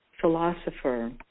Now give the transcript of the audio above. philosopher